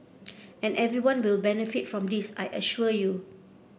and everyone will benefit from this I assure you